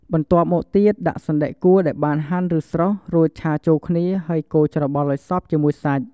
បន្ទាប់មកទៀត ដាក់សណ្ដែកគួរដែលបានហាន់ឬស្រុះ រួចឆាចូលគ្នាហើយកូរច្របល់ឱ្យសព្វជាមួយសាច់។